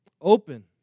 open